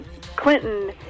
Clinton